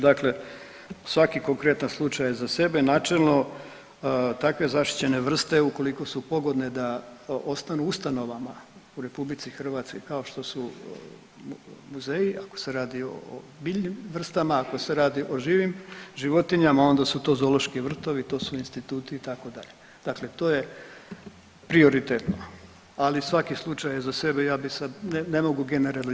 Dakle svaki konkretan slučaj je za sebe načelno takve zaštićene vrste, ukoliko su pogodne da ostanu u ustanovama u RH, kao što su muzeji, ako se radi o biljnim vrstama, ako se radi o živim životinjama, onda su to zoološki vrtovi, to su instituti, itd. dakle to je prioritetno, ali svaki slučaj je za sebe, ja bi sad, ne mogu generalizirati.